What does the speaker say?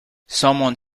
someone